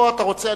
או אתה רוצה,